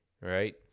Right